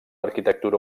arquitectura